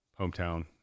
hometown